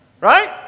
Right